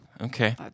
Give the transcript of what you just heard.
Okay